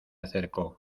acercó